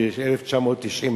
ב-1990,